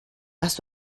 hast